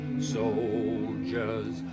soldiers